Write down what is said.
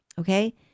okay